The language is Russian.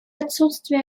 отсутствие